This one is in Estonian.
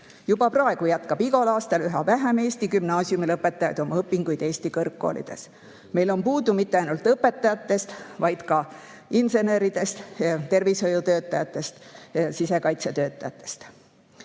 Juba praegu jätkab igal aastal üha vähem Eesti gümnaasiumilõpetajaid oma õpinguid Eesti kõrgkoolides. Meil on puudu mitte ainult õpetajatest, vaid ka inseneridest, tervishoiutöötajatest ja sisekaitsetöötajatest.